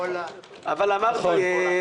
וואללה --- נכון.